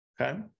okay